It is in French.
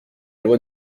loi